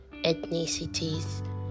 ethnicities